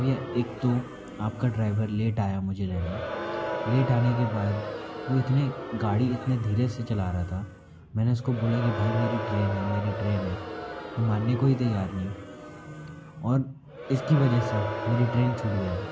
भईया एक तो आपका ड्राइवर लेट आया मुझे लेने लेट आने के बाद वो इतने गाड़ी इतने धीरे से चला रहा था मैंने उसको बोला की भाइ मेरी ट्रेन है मेरी ट्रेन है वो मानने को ही तैयार नहीं और इसकी वजह से मेरी ट्रेन छूट गई